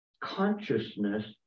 consciousness